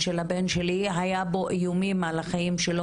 והייתי שלושה שבועות בבית חולים.